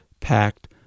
packed